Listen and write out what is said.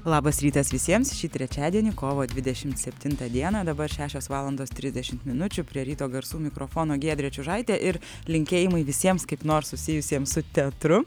labas rytas visiems šį trečiadienį kovo dvidešimt septintą dieną dabar šešios valandos trisdešimt minučių prie ryto garsų mikrofono giedrė čiužaitė ir linkėjimai visiems kaip nors susijusiems su teatru